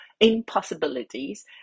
impossibilities